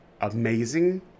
Amazing